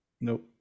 nope